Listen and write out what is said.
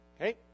Okay